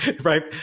right